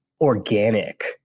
organic